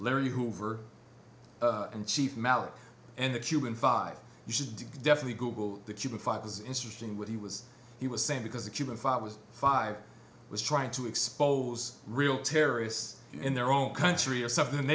larry hoover and chief malik and the cuban five you should definitely google the cuban five was interesting what he was he was saying because the cuban five was five was trying to expose real terrorists in their own country or something and